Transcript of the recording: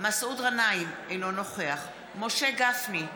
מסעוד גנאים, אינו נוכח משה גפני,